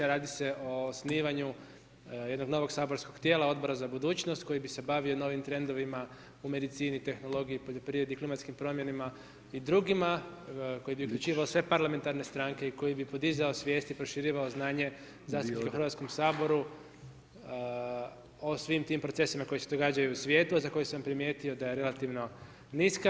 Radi se o osnivanju jednog novog saborskog tijela Odbora za budućnost koji bi se bavio novim trendovima u medicini, tehnologiji, poljoprivredi, klimatskim promjenama i drugima koji bi uključivao sve parlamentarne stranke i koji bi podizao svijest i proširivao znanje zastupnika u Hrvatskom saboru o svim tim procesima koji se događaju u svijetu, a za koje sam primijetio da je relativno niska.